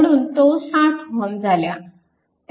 म्हणून तो 60 Ω झाला